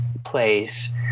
Place